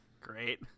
Great